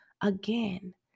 Again